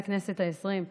מהכנסת העשרים,